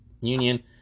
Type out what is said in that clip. union